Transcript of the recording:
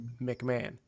McMahon